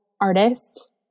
artist